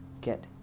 get